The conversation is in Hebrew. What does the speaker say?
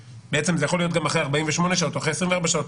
זה בעצם יכול להיות גם אחרי 48 שעות או אחרי 24 שעות.